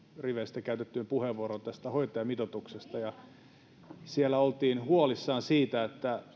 riveistä käytettyyn puheenvuoroon tästä hoitajamitoituksesta siellä oltiin huolissaan siitä